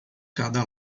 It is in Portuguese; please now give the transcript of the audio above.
cada